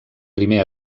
primer